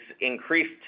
increased